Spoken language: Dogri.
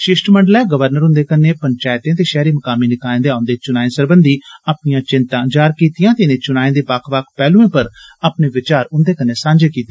शिष्टमंडलै गवर्नर हुन्दे कन्नै पंचैते ते शैहरी मकामी निकाए दे औदे चुनाए सरबंधी अपनियां चिन्ता जाहर कीतियाँ ते इनें चुनाएं दे बक्ख बक्ख पैहलुएं पर अपने विचार उन्दे कन्नै सांझे कीते